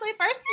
first